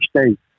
state